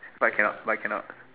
why cannot why cannot